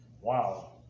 Wow